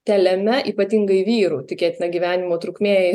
telemia ypatingai vyrų tikėtina gyvenimo trukmė